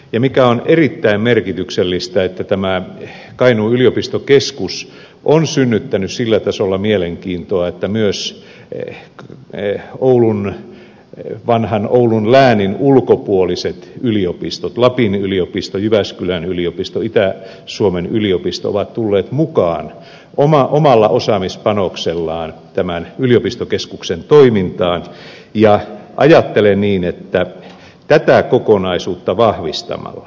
ja mikä on erittäin merkityksellistä tämä kainuun yliopistokeskus on synnyttänyt sillä tasolla mielenkiintoa että myös vanhan oulun läänin ulkopuoliset yliopistot lapin yliopisto jyväskylän yliopisto itä suomen yliopisto ovat tulleet mukaan omalla osaamispanoksellaan tämän yliopistokeskuksen toimintaan ja ajattelen niin tätä kokonaisuutta vahvistamalla